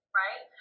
right